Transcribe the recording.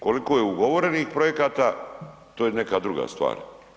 Koliko je ugovorenih projekata, to je neka druga stvar.